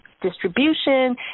distribution